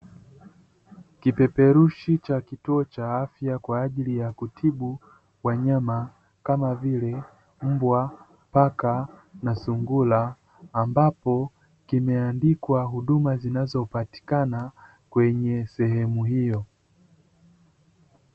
Kipeperushi cha kituo cha afya kwa ajili ya kutibu wanyama kama vile: mbwa, paka na sungura; ambapo kimeandikwa huduma zinazopatikana kwenye sehemu hiyo.